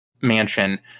mansion